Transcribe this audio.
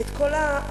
את כל העם,